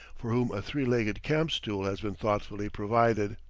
for whom a three-legged camp-stool has been thoughtfully provided.